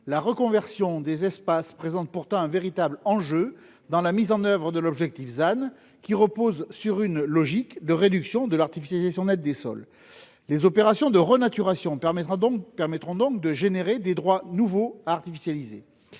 la reconversion des espaces constitue pourtant un véritable enjeu dans la mise en oeuvre de l'objectif ZAN, reposant sur une logique de réduction de l'artificialisation nette des sols. Les opérations de renaturation produiront donc des droits nouveaux à artificialiser.